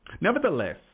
Nevertheless